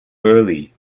early